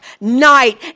night